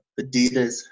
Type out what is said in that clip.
Adidas